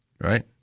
right